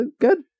good